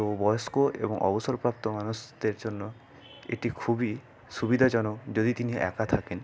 তো বয়স্ক এবং অবসরপ্রাপ্ত মানুষদের জন্য এটি খুবই সুবিধাজনক যদি তিনি একা থাকেন